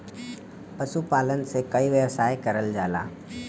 पशुपालन से कई व्यवसाय करल जाला